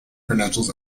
credentials